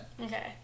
Okay